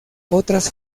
otras